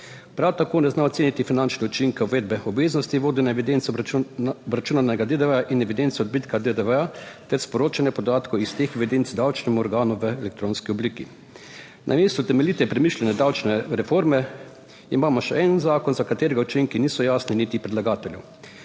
prav tako ne zna oceniti finančne učinke uvedbe obveznosti vodenja evidence obračunanega DDV in evidence odbitka DDV ter sporočanja podatkov iz teh evidenc davčnemu organu v elektronski obliki namesto temeljite, premišljene davčne reforme imamo še en zakon, za katerega učinki niso jasni niti predlagatelju.